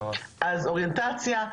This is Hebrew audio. שתיים, אוריינטציה,